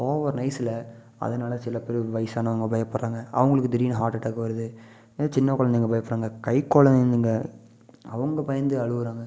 over நைசில் அதனால சில பேர் வயிசானவங்க பயப்புடுறாங்க அவங்களுக்கு திடீர்ன்னு ஹார்ட்டடாக் வருது சின்ன குழந்தைங்க பயப்புடுறாங்க கை குழந்தைங்க அவங்க பயந்து அழுவுறாங்க